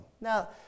Now